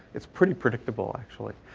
it's pretty predictable, actually.